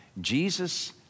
Jesus